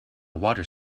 water